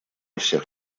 всех